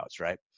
right